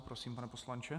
Prosím, pane poslanče.